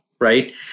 Right